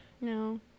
No